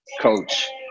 coach